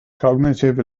cognitive